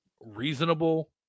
reasonable